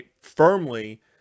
firmly